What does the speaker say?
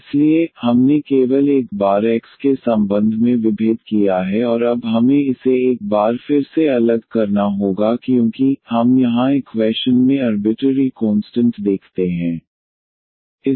इसलिए हमने केवल एक बार x के संबंध में विभेद किया है और अब हमें इसे एक बार फिर से अलग करना होगा क्योंकि हम यहाँ इक्वैशन में अर्बिटरी कोंस्टंट देखते हैं